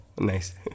nice